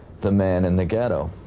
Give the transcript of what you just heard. the man in the ghetto.